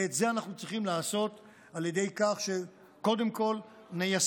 ואת זה אנחנו צריכים לעשות על ידי כך שקודם כול ניישם,